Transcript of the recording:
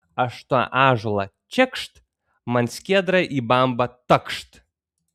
aš tą ąžuolą čekšt man skiedra į bambą takšt